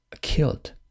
killed